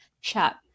chat